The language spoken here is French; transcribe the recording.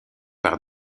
par